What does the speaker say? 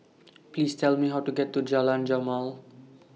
Please Tell Me How to get to Jalan Jamal